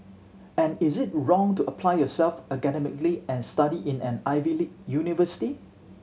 and is it wrong to apply yourself academically and study in an Ivy league university